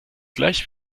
gleich